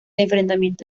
enfrentamiento